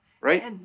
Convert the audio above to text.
right